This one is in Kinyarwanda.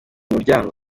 muryango